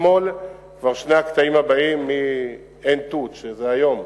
כבר שני הקטעים הבאים מעין-תות, שזה היום,